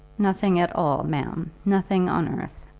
nothing at all, ma'am nothing on earth.